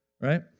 right